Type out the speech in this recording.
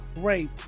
great